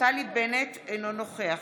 נפתלי בנט, אינו נוכח